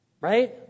Right